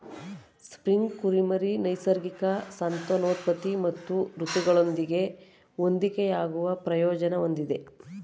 spring ಕುರಿಮರಿ ನೈಸರ್ಗಿಕ ಸಂತಾನೋತ್ಪತ್ತಿ ಮತ್ತು ಋತುಗಳೊಂದಿಗೆ ಹೊಂದಿಕೆಯಾಗುವ ಪ್ರಯೋಜನ ಹೊಂದಿದೆ